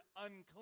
unclean